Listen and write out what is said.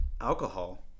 alcohol